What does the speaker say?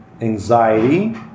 anxiety